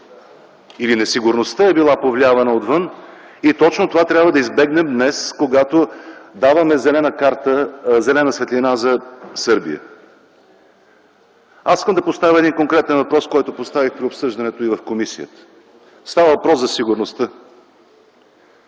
или несигурността е била повлиявана отвън. Точно това трябва да избегнем днес, когато даваме зелена светлина за Сърбия. Ще поставя конкретен въпрос, който поставих и при обсъждането в комисията. Става въпрос за сигурността.